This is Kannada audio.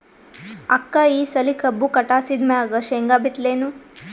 ಅಕ್ಕ ಈ ಸಲಿ ಕಬ್ಬು ಕಟಾಸಿದ್ ಮ್ಯಾಗ, ಶೇಂಗಾ ಬಿತ್ತಲೇನು?